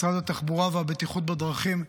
משרד התחבורה והבטיחות בדרכים,